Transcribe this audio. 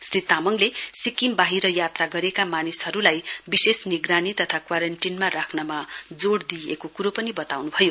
श्री तामाङले सिक्किम वाहिर यात्रा गरेका मानिसहरूलाई विषेश निगरानी तथा क्वारन्टीनमा राख्नमा जोड दिइएको क्रो पनि बताउन् भयो